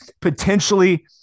potentially